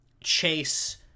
chase